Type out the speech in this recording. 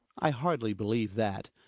i hardly believe that,